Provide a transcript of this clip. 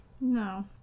No